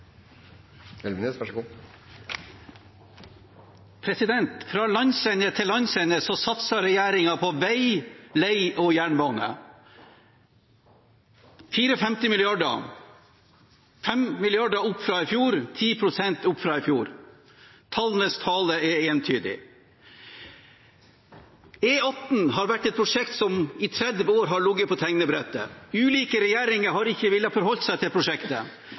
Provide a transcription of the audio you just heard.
Fra landsende til landsende satser regjeringen på vei, led og jernbane: 54 mrd. kr – 5 mrd. kr og 10 pst. opp fra i fjor. Tallenes tale er entydig. E18 har vært et prosjekt som har ligget på tegnebrettet i 30 år. Ulike regjeringer har ikke villet forholde seg til prosjektet.